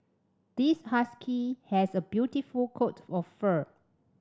this husky has a beautiful coat of fur